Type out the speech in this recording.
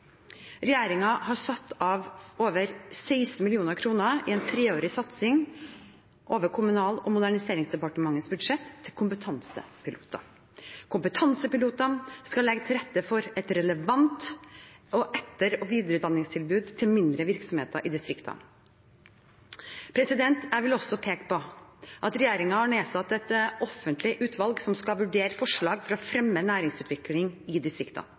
har satt av over 16 mill. kr til en treårig satsing over Kommunal- og moderniseringsdepartementets budsjett til Kompetansepiloter. Kompetansepilotene skal legge til rette for et relevant etter- og videreutdanningstilbud til mindre virksomheter i distriktene. Jeg vil også peke på at regjeringen har nedsatt et offentlig utvalg som skal vurdere forslag for å fremme næringsutvikling i